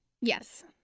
Yes